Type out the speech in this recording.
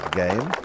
game